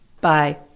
Bye